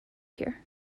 here